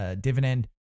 dividend